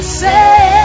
say